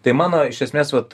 tai mano iš esmės vat